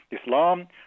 Islam